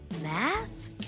math